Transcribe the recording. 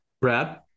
Brad